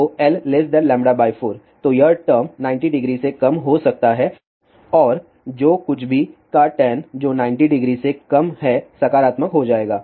तो L λ4 तो यह टर्म 900 से कम हो सकता है और जो कुछ भी का टैन जो 900 से कम है सकारात्मक हो जाएगा